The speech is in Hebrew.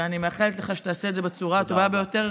ואני מאחלת לך שתעשה את זה בצורה הטובה ביותר,